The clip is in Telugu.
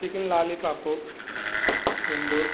చికెన్ లాలీపాప్ రెండు